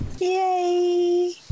Yay